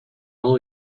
all